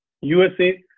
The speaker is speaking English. USA